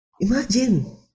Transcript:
imagine